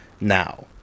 now